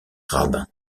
rabbin